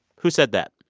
who said that?